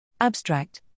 Abstract